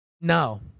no